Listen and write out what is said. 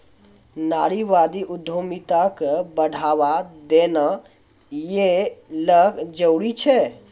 नारीवादी उद्यमिता क बढ़ावा देना यै ल जरूरी छै